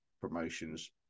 promotions